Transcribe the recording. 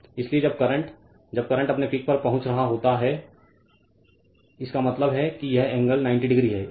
इसलिए जब करंट जब करंट अपने पीक पर पहुंच रहा होता है इसका मतलब है कि यह एंगल 90 डिग्री है